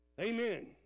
Amen